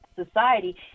society